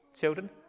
Children